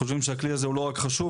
אנחנו חושבים שהכלי הזה הוא לא רק חשוב,